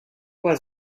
was